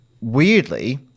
weirdly